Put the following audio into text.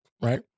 right